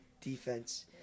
defense